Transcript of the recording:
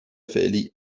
فعلی